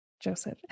joseph